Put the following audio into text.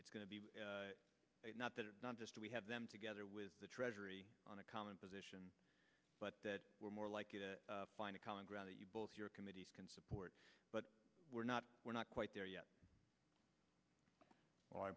it's going to be not that not just we have them together with the treasury on a common position but that we're more likely to find a common ground that you both your committee can support but we're not we're not quite there yet so i